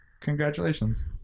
congratulations